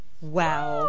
Wow